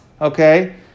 okay